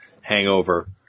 hangover